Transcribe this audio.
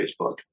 Facebook